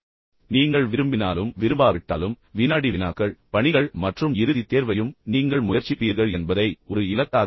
நீங்கள் விரும்பினாலும் விரும்பாவிட்டாலும் அனைத்து வினாடி வினாக்கள் பணிகள் மற்றும் வழங்கப்படும் இறுதி தேர்வையும் நீங்கள் முயற்சிப்பீர்கள் என்பதை ஒரு இலக்காக ஆக்குங்கள்